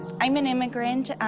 i'm an immigrant.